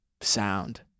sound